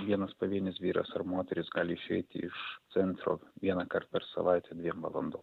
vienas pavienis vyras ar moteris gali išeiti iš centro vienąkart per savaitę dviem valandom